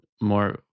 more